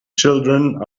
children